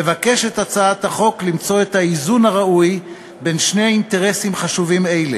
מבקשת הצעת החוק למצוא את האיזון הראוי בין שני אינטרסים חשובים אלה: